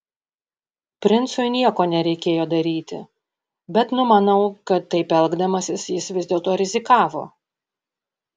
princui nieko nereikėjo daryti bet numanau kad taip elgdamasis jis vis dėlto rizikavo